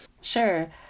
Sure